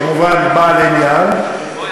כמובן בעל עניין,